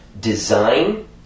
design